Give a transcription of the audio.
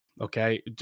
Okay